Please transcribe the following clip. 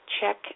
Check